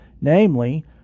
Namely